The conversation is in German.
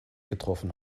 getroffen